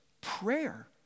prayer